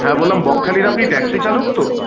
হ্যাঁ বললাম বকখালির আপনি ট্যাক্সি চালক তো